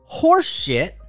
horseshit